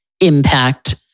impact